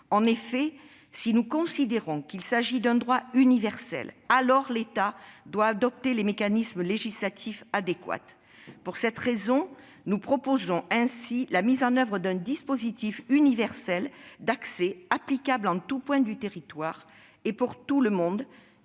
à l'eau. Si nous considérons qu'il s'agit d'un droit universel, l'État doit adopter les mécanismes législatifs adéquats. Pour cette raison, nous proposons la mise en oeuvre d'un dispositif universel d'accès applicable en tout point du territoire et pour chacun,